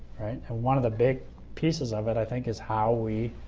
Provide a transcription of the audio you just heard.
and one of the big pieces of it i think is how we